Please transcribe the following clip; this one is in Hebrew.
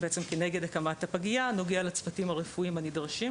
כנגד הקמת הפגייה נוגע לצוותים הרפואיים הנדרשים.